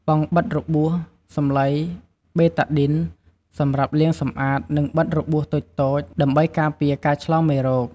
បង់បិទរបួស សំឡី បេតាឌីន សម្រាប់លាងសម្អាត និងបិទរបួសតូចៗ ដើម្បីការពារការឆ្លងមេរោគ។